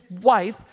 wife